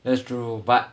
that's true but